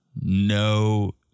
No